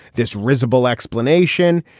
this risible explanation.